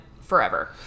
forever